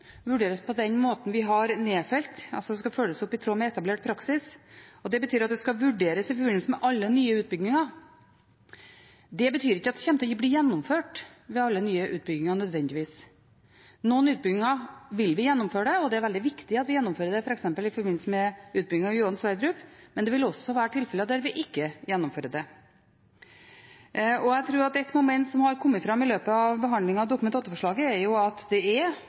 vurderes på den måten vi har nedfelt. Det skal følges opp i tråd med etablert praksis, og det betyr at det skal vurderes i forbindelse med alle nye utbygginger. Det betyr ikke at det kommer til å bli gjennomført ved alle nye utbygginger, nødvendigvis. Ved noen utbygginger vil vi gjennomføre det, og det er veldig viktig at vi gjennomfører det f.eks. i forbindelse med utbygging av Johan Sverdrup, men det vil også være tilfeller der vi ikke gjennomfører det. Jeg tror at et moment som har kommet fram i løpet av behandlingen av Dokument 8-forslaget, er at det er en nokså sårbar kraftforsyning i Finnmark foreløpig, og at det er